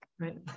Right